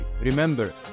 Remember